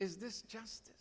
is this just